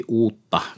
uutta